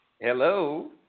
Hello